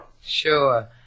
Sure